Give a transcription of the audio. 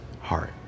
heart